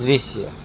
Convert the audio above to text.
दृश्य